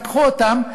תיקחו אותם,